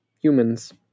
humans